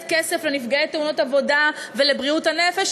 כסף לנפגעי תאונות עבודה ולבריאות הנפש?